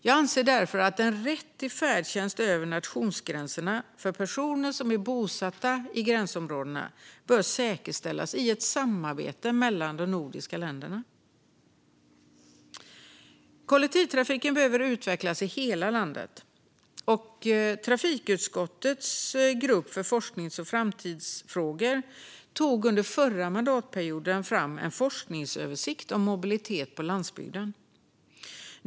Jag anser därför att rätt till färdtjänst över nationsgränserna för personer som är bosatta i gränsområdena bör säkerställas i samarbete mellan de nordiska länderna. Kollektivtrafiken behöver utvecklas i hela landet. Trafikutskottets grupp för forsknings och framtidsfrågor tog under förra mandatperioden fram en forskningsöversikt om mobilitet på landsbygden.